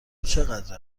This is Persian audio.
چقدر